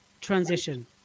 transition